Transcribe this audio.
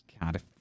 God